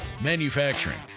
Manufacturing